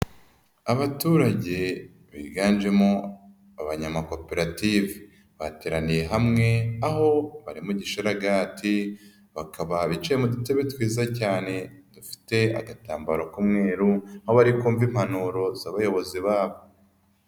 Abaturage biganjemo abanyamakoperative. Bateraniye hamwe aho bari mu gisharagati ,bakaba bicaye mudutebe twiza cyane dufite agatambaro k'umweru, aho bari kumva impanuro z'abayobozi babo.